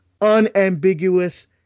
unambiguous